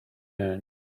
earned